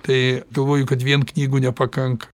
tai galvoju kad vien knygų nepakanka